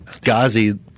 Ghazi